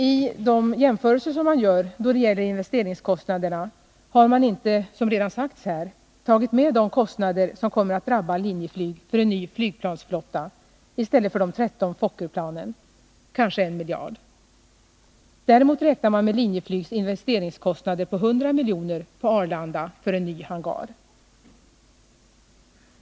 I de jämförelser som man gör då det gäller investeringskostnaderna har man inte, som redan sagts här, tagit med de kostnader som kommer att drabba Linjeflyg för en ny flygplansflotta i stället för de 13 Fokkerplanen — kanske en miljard. Däremot räknar man med Linjeflygs investeringskostnader på 100 miljoner på Arlanda för en ny hangar.